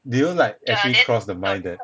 do you like actually cross the mind that